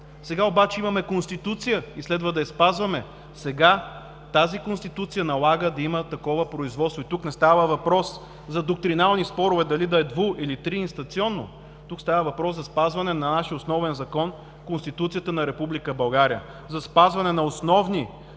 Сега обаче имаме Конституция и следва да я спазваме. Сега тази Конституция налага да има такова производство, и тук не става въпрос за доктринални спорове, дали да е дву- или триинстанционно, тук става въпрос за спазване на нашия основен закон Конституцията на Република България, за спазване на основни